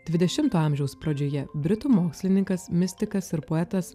dvidešimto amžiaus pradžioje britų mokslininkas mistikas ir poetas